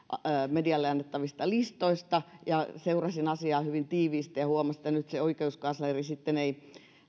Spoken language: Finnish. medialle annettavista listoista seurasin asiaa hyvin tiiviisti ja huomasin että nyt oikeuskansleri sitten ei